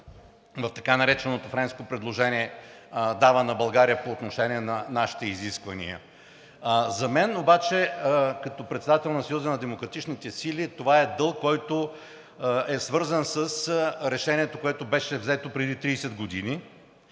в така нареченото френско предложение дава на България по отношение на нашите изисквания. За мен обаче като председател на Съюза на демократичните сили това е дълг, който е свързан с решението, което беше взето преди 30 години.